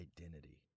identity